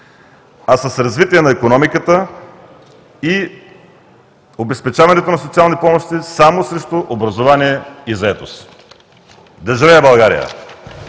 а с развитие на икономиката и обезпечаването на социални помощи само срещу образование и заетост. Да живее България!